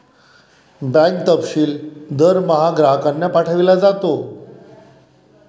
bank तपशील दरमहा ग्राहकांना पाठविला जातो